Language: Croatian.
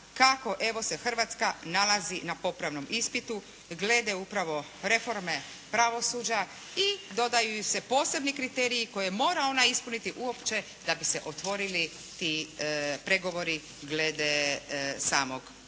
evo se Hrvatska nalazi na popravnom ispitu glede upravo reforme pravosuđa i dodaju joj se posebni kriteriji koje mora ona ispuniti uopće da bi se otvorili ti pregovori glede samog pravosuđa.